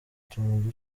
utuntu